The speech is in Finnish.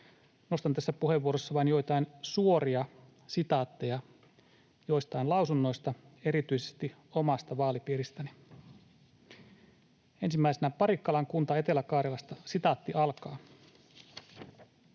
nostan tässä puheenvuorossa vain joitain suoria sitaatteja joistain lausunnoista, erityisesti omasta vaalipiiristäni. Ensimmäisenä Parikkalan kunta Etelä-Karjalasta: ”Kunnat ovat